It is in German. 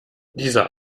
dieser